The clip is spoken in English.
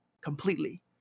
completely